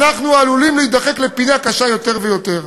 אנחנו עלולים להידחק לפינה קשה יותר ויותר.